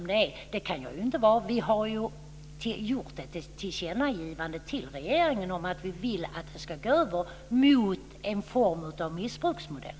Det kan jag ju inte vara. Vi har gjort ett tillkännagivande till regeringen om att vi vill att det ska gå över mot en missbruksmodell.